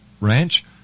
ranch